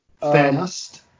Fast